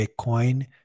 bitcoin